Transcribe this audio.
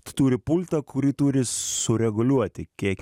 turi pultą kurį turi sureguliuoti kiek